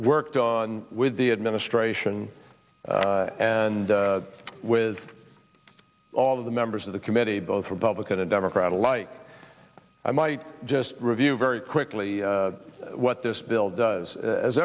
worked on with the administration and with all of the members of the committee both republican and democrat alike i might just review very quickly what this bill does as